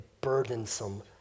burdensome